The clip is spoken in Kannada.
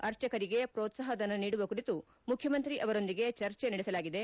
ಅರ್ಚಕರಿಗೆ ಹೋತ್ತಾಹಧನ ನೀಡುವ ಕುರಿತು ಮುಖ್ಯಮಂತ್ರಿಅವರೊಂದಿಗೆ ಚರ್ಚೆ ನಡೆಸಲಾಗಿದೆ